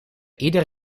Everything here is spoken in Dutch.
ieder